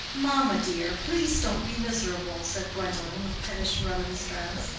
mamma, dear, please don't be miserable, said gwendolen, with pettish remonstrance.